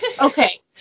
Okay